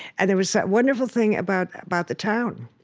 and there was that wonderful thing about about the town.